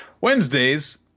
Wednesdays